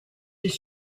his